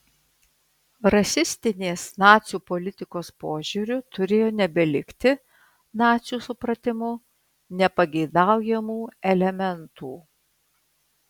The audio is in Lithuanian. rasistinės nacių politikos požiūriu turėjo nebelikti nacių supratimu nepageidaujamų elementų